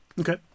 Okay